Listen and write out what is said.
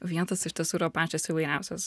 vietos iš tiesų yra pačios įvairiausios